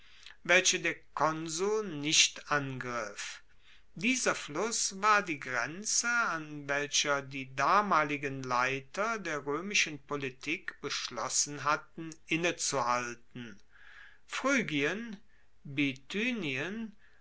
welche der konsul nicht angriff dieser fluss war die grenze an welcher die damaligen leiter der roemischen politik beschlossen hatten innezuhalten phrygien